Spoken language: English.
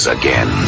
again